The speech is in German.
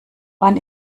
wann